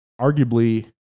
arguably